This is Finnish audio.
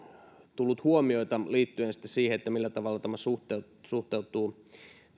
tullut huomioita liittyen siihen millä tavalla tämä suhteutuu